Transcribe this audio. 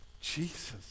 Jesus